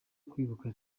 kwiruka